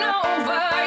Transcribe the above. over